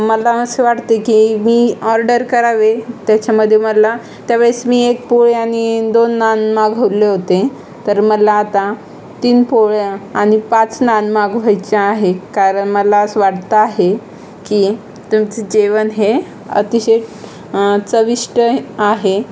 मला असं वाटते की मी ऑर्डर करावे त्याच्यामध्ये मला त्या वेळेस मी एक पोळी आणि दोन नान मागवले होते तर मला आता तीन पोळ्या आणि पाच नान मागवायचे आहे कारण मला असं वाटतं आहे की तुमचं जेवण हे अतिशय चविष्ट आहे